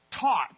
taught